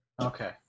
Okay